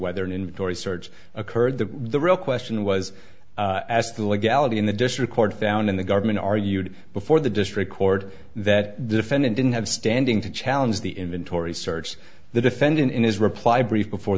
whether an inventory search occurred the the real question was asked to legality in the district court found in the government argued before the district court that the defendant didn't have standing to challenge the inventory search the defendant in his reply brief before